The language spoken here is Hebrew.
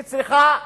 היא צריכה,